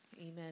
Amen